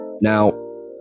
Now